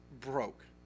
broke